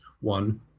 one